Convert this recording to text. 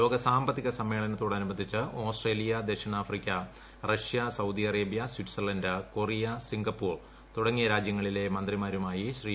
ലോക സാമ്പത്തിക സമ്മേളനത്തോടനുബന്ധിച്ച് ഓസ്ട്രേലിയ ദക്ഷിണാഫ്രിക്ക Russia Saudi Arabia Switzerland Korea Singapore തുടങ്ങിയ രാജ്യങ്ങളിലെ മന്ത്രിമാരുമായി ശ്രീ